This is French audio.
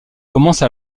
commence